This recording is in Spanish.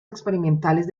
experimentales